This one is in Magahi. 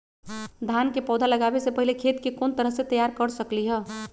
धान के पौधा लगाबे से पहिले खेत के कोन तरह से तैयार कर सकली ह?